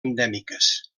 endèmiques